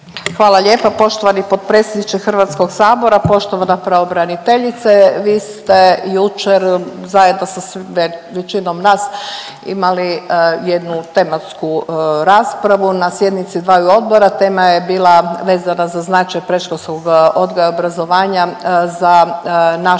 Hvala lijepa poštovani potpredsjedniče Hrvatskog sabora. Poštovana pravobraniteljice vi ste jučer zajedno sa većinom nas imali jednu tematsku raspravu na sjednici dvaju odbora. Tema je bila vezana za značaj predškolskog odgoja i obrazovanja za našu